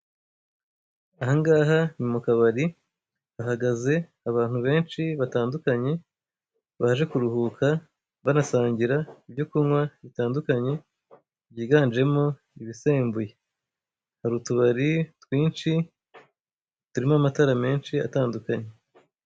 Ahangaha ni mu kabari ahagaze abantu benshi batandukanye, baje kuruhuka banasangira ibyo kunywa bitandukanye byiganjemo ibisembuye, harutubari twinshi turimo amatara menshi atandukanye.